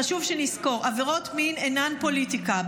חשוב שנזכור: עבירות מין אינן פוליטיקה,